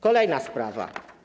Kolejna sprawa.